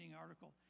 article